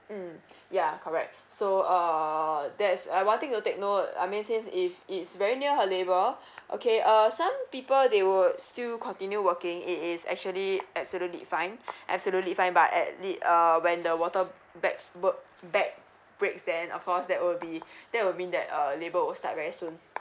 mm ya correct so uh there is one thing to take note I mean since if it's very near her labor okay uh some people they would still continue working it is actually absolutely fine absolutely fine but at it uh when the water bag bu~ bag breaks then of course that will be that will mean that uh labor will start very soon